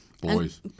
Boys